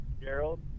Gerald